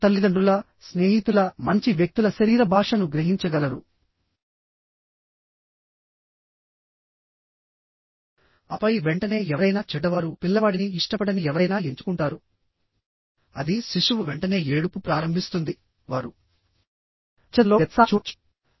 వారు తల్లిదండ్రులస్నేహితులమంచి వ్యక్తుల శరీర భాషను గ్రహించగలరు ఆపై వెంటనే ఎవరైనా చెడ్డవారుపిల్లవాడిని ఇష్టపడని ఎవరైనా ఎంచుకుంటారు అదిశిశువు వెంటనే ఏడుపు ప్రారంభిస్తుంది వారు వెచ్చదనంలో వ్యత్యాసాన్ని చూడవచ్చు